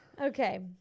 okay